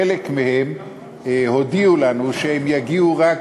חלק מהם הודיעו לנו שהם יגיעו רק